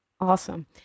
Awesome